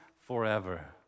Forever